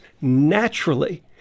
naturally